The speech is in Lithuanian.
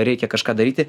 reikia kažką daryti